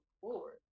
forward